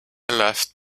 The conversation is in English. left